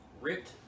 ripped